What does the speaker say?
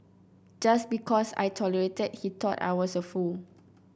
just because I tolerated he thought I was a fool